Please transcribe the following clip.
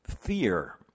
Fear